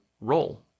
role